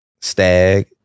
Stag